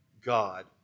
God